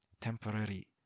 temporary